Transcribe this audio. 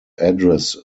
address